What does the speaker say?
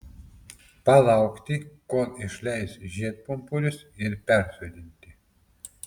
palaukti kol išleis žiedpumpurius ir persodinti